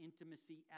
intimacy